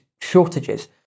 shortages